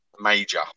major